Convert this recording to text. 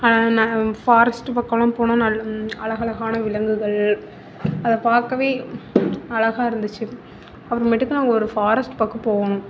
ந ஃபாரஸ்ட்டு பக்கமெல்லாம் போனால் நல் அலகழகான விலங்குகள் அதை பார்க்கவே அழகா இருந்துச்சு அப்புறமேட்டுக்கு நாங்கள் ஒரு ஃபாரஸ்ட் பக்கம் போகணும்